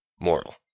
Moral